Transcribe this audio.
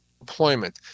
employment